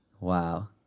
Wow